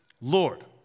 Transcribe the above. Lord